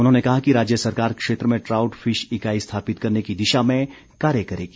उन्होंने कहा कि राज्य सरकार क्षेत्र में ट्राउट फिश इकाई स्थापित करने की दिशा में कार्य करेगी